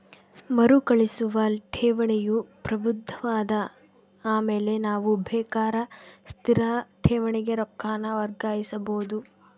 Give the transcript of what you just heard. ಮರುಕಳಿಸುವ ಠೇವಣಿಯು ಪ್ರಬುದ್ಧವಾದ ಆಮೇಲೆ ನಾವು ಬೇಕಾರ ಸ್ಥಿರ ಠೇವಣಿಗೆ ರೊಕ್ಕಾನ ವರ್ಗಾಯಿಸಬೋದು